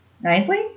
Nicely